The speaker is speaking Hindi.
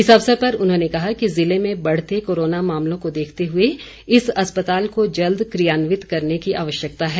इस अवसर पर उन्होंने कहा कि जिले में बढ़ते कोरोना मामलों को देखते हुए इस अस्पताल को जल्द क्रियान्वित करने की आवश्यकता है